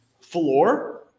floor